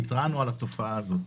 והתרענו על התופעה הזו.